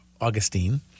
Augustine